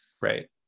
right